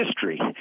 history